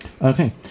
okay